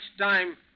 time